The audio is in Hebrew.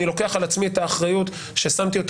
אני לוקח על עצמי את האחריות ששמתי יותר